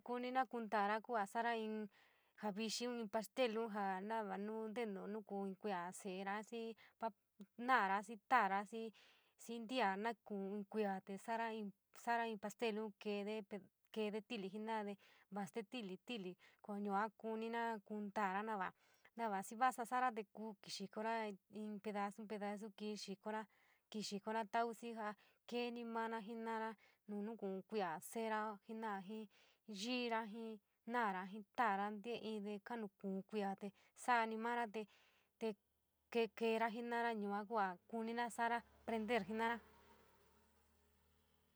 Kunira kuuntava kua sa’ara inn jaa vixiin inn pastel jaa, jaa nava nu nteny nu ku’un in kuia se’ena, xii pap. Naora, xii taara, xii ntia nuu kuun in kuia te sa’arai, sara inn pastel keede, keede inn nti’ili jena’ade va stee ti’ili, ti’ili, koo yua konira kundara na va, no va xii vasa sa’ava te kuu xii kora in pedasu, pedasu, kii xikora xikora tau xii ja keeni mara jenara nu nuuku’u kuia se’ero jena’a, jii yiira, jii naara, jii tara te inde kunuu kuia te sa’aa ni mara te, te tr keera jenara yua kua kuniya sa’ara prender jenara.